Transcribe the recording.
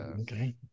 okay